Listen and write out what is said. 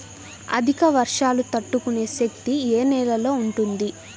అధిక వర్షాలు తట్టుకునే శక్తి ఏ నేలలో ఉంటుంది?